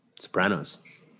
Sopranos